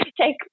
take